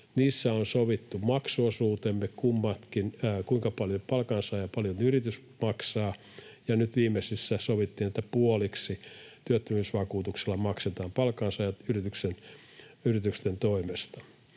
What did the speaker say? Niissä on sovittu maksuosuudet, kuinka paljon palkansaaja ja kuinka paljon yritys maksaa, ja nyt viimeisissä sovittiin, että puoliksi työttömyysvakuutuksella maksetaan palkansaajat yritysten toimesta